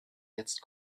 jetzt